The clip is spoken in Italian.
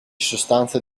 sostanze